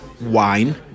Wine